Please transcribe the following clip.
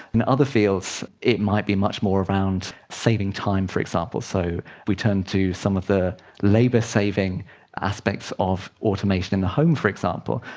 in other fields it might be much more around saving time, for example. so we turn to some of the labour-saving aspects of automation in the home for example,